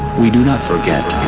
we do not forget